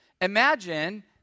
Imagine